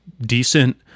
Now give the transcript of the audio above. decent